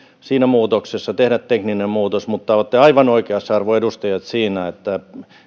siinä muutoksessa tehdä tekninen muutos mutta olette aivan oikeassa arvon edustajat siinä että